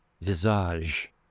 visage